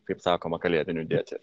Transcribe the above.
kaip sakoma kalėdinių dėti